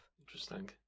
Interesting